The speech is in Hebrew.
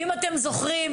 אם אתם זוכרים,